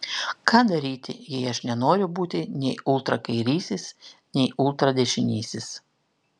ką daryti jei aš nenoriu būti nei ultrakairysis nei ultradešinysis